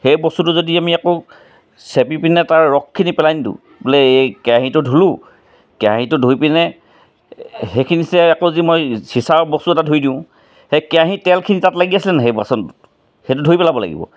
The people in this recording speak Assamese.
সেই বস্তুটো যদি আমি আকৌ চেপি পিনে তাৰ ৰসখিনি পেলাই নিদোঁ বোলে এই কেৰাহিটো ধুলোঁ কেৰাহিটো ধুই পিনে সেইখিনি ছায়ে আকৌ যদি মই চিচাৰ বস্তু এটা ধুই দিওঁ সেই কেৰাহিৰ তেলখিনি লাগি আছিল নে নাই সেই বাচনটোত সেইটো ধুই পেলাব লাগিব